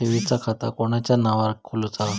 ठेवीचा खाता कोणाच्या नावार खोलूचा?